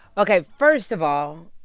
ok. first of all,